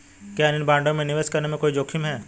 क्या इन बॉन्डों में निवेश करने में कोई जोखिम है?